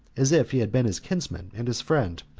as if he had been his kinsman and his friend,